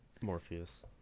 Morpheus